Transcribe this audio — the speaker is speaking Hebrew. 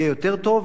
יהיה יותר טוב?